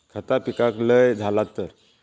खता पिकाक लय झाला तर?